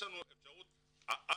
יש לנו אפשרות א.